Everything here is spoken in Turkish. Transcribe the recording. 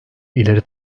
ileri